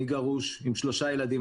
אני גרוש עם שלושה ילדים,